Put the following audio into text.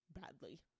Badly